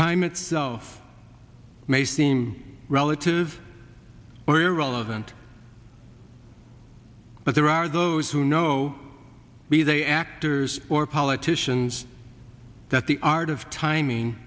time itself may seem relative or irrelevant but there are those who know me they actors or politicians that the art of timing